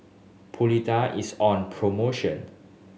polida is on promotion